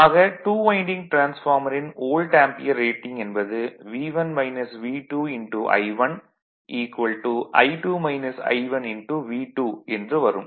ஆக 2 வைண்டிங் டிரான்ஸ்பார்மரின் volt ampere rating என்பது I1 V2என்று வரும்